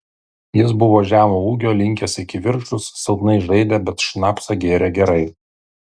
jis buvo žemo ūgio linkęs į kivirčus silpnai žaidė bet šnapsą gėrė gerai